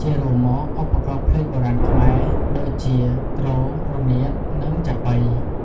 ជារួមមកឧបករណ៍ភ្លេងបុរាណខ្មែរ ដូចជា ទ្រ រនាត និងចាប៉ី